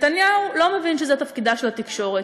נתניהו לא מבין שזה תפקידה של התקשורת,